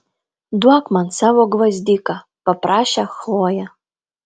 duok man savo gvazdiką paprašė chlojė